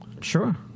Sure